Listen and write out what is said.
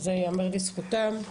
וזה ייאמר לזכותם,